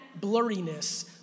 blurriness